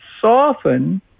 soften